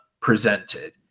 presented